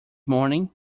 morning